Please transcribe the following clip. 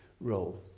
role